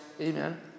Amen